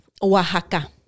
Oaxaca